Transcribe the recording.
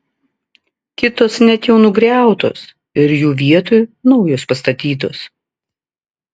kitos net jau nugriautos ir jų vietoj naujos pastatytos